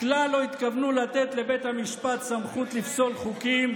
כלל לא התכוונו לתת לבית המשפט סמכות לפסול חוקים,